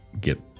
get